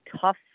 tough